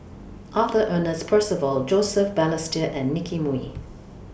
Arthur Ernest Percival Joseph Balestier and Nicky Moey